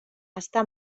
està